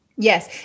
Yes